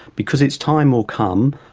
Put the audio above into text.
because its time will come,